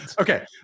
Okay